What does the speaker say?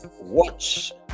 watch